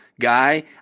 guy